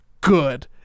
good